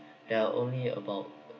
there are only about